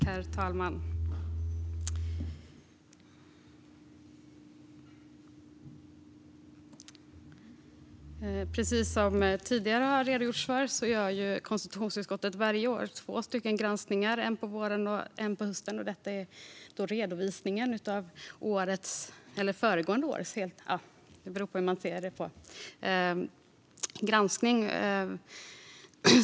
Herr talman! Precis som har redogjorts för tidigare gör konstitutionsutskottet varje år två granskningar, en på våren och en på hösten. Detta gäller redovisningen av höstens granskning.